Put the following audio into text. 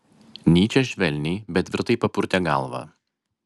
nyčė švelniai bet tvirtai papurtė galvą